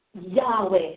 Yahweh